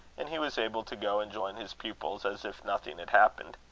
and he was able to go and join his pupils as if nothing had happened.